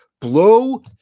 Blow